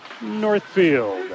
Northfield